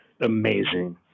amazing